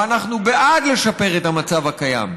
ואנחנו בעד לשפר את המצב הקיים.